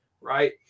right